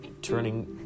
turning